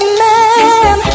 man